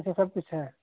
अच्छा सब पिच्छें